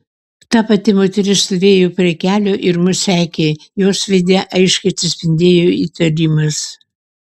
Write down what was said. ta pati moteris stovėjo prie kelio ir mus sekė jos veide aiškiai atsispindėjo įtarimas